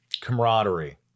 camaraderie